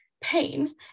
pain